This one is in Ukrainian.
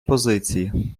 позиції